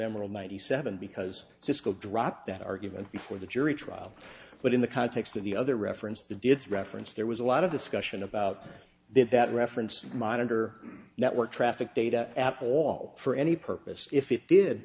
emeril ninety seven because sisko dropped that argument before the jury trial but in the context of the other reference the ditz reference there was a lot of discussion about that that reference monitor network traffic data at all for any purpose if it did